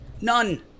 None